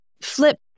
flip